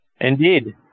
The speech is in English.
Indeed